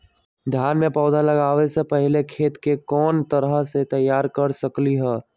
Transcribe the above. धान के पौधा लगाबे से पहिले खेत के कोन तरह से तैयार कर सकली ह?